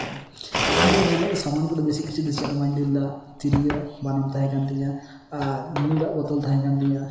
ᱤᱧ ᱫᱚ ᱤᱱᱟᱹ ᱦᱤᱞᱳᱜ ᱫᱚ ᱥᱟᱢᱟᱱ ᱠᱚᱫᱚ ᱵᱮᱥᱤ ᱠᱤᱪᱷᱩ ᱫᱚ ᱪᱮᱫ ᱦᱚᱸ ᱵᱟᱹᱧ ᱤᱫᱤ ᱞᱮᱫᱟ ᱛᱤᱨᱭᱳ ᱟᱨ ᱵᱟᱱᱟᱢ ᱛᱟᱦᱮᱸᱠᱟᱱ ᱛᱤᱧᱟᱹ ᱟᱨ ᱧᱩ ᱫᱟᱜ ᱵᱳᱛᱳᱞ ᱛᱟᱦᱮᱸ ᱠᱟᱱ ᱛᱤᱧᱟᱹ